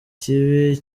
kibi